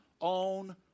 own